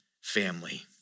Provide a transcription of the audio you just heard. family